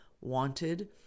wanted